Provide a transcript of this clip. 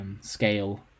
scale